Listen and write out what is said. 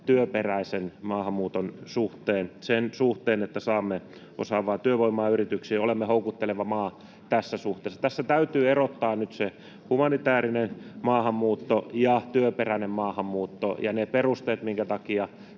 työperäisen maahanmuuton suhteen — sen suhteen, että saamme osaavaa työvoimaa yrityksiin, olemme houkutteleva maa tässä suhteessa. Tässä täytyy erottaa nyt se humanitäärinen maahanmuutto ja työperäinen maahanmuutto, ja ne perusteet, minkä takia